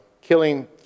Killing